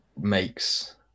makes